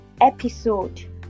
episode